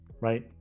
right